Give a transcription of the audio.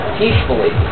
peacefully